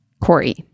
Corey